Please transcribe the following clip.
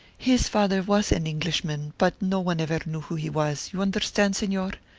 his father was an englishman, but no one ever knew who he was, you understand, senor?